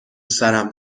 سرم